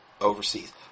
overseas